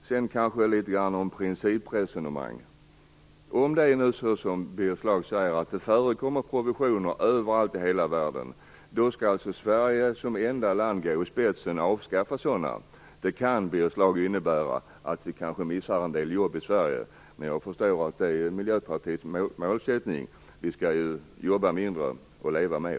Sedan vill jag tala litet grand om principresonemanget. Om det är som Birger Schlaug säger, att det förekommer provisioner över allt i hela världen, skall alltså Sverige som enda land gå i spetsen och avskaffa dem. Det kan innebära att vi kanske missar en del jobb i Sverige, men jag förstår att det är Miljöpartiets målsättning. Vi skall jobba mindre och leva mer.